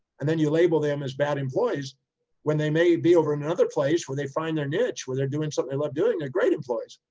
and then you label them as bad employees when they may be over another place where they find their niche, where they're doing something they love doing, they're great employees.